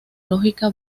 lógica